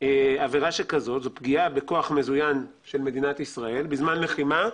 עבירה כזו היא פגיעה בכוח מזוין של מדינת ישראל בזמן לחימה,